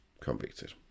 convicted